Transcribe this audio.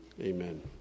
Amen